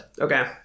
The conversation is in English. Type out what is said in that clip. Okay